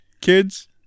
kids